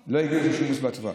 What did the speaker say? לא הגיעו ל-60%?